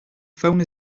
phone